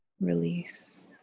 release